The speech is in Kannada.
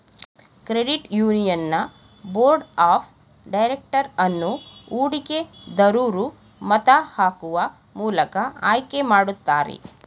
credit union board of director ಅನ್ನು ಹೂಡಿಕೆ ದರೂರು ಮತ ಹಾಕುವ ಮೂಲಕ ಆಯ್ಕೆ ಮಾಡುತ್ತಾರೆ